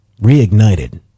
reignited